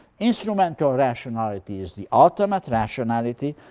instrumental rationality is the ultimate rationality,